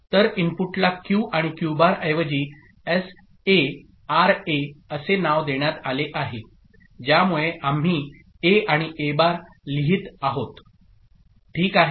तर इनपुटला क्यू आणि क्यू बार ऐवजी एसए आरए असे नाव देण्यात आले आहे ज्यामुळे आम्ही ए आणि ए बार लिहित आहोत ओके